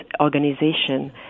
organization